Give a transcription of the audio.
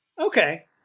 Okay